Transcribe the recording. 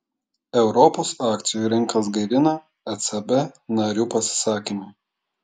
europos akcijų rinkas gaivina ecb narių pasisakymai